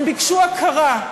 הם ביקשו הכרה,